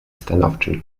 stanowczym